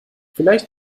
vielleicht